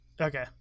okay